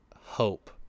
hope